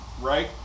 right